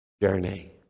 journey